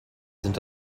sind